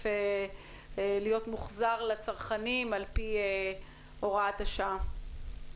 להיות מוחזר לצרכנים על-פי הוראת השעה?